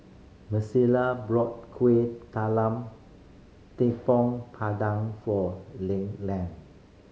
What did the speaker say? brought Kueh Talam Tepong padan for